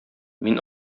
мин